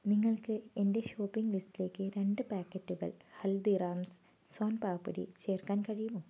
നിങ്ങൾക്ക് എന്റെ ഷോപ്പിംഗ് ലിസ്റ്റിലേക്ക് രണ്ട് പാക്കറ്റുകൾ ഹൽദിറാംസ് സോൻ പാപ്ഡി ചേർക്കാൻ കഴിയുമോ